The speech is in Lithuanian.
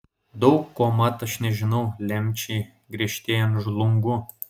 daug ko mat aš nežinau lemčiai griežtėjant žlungu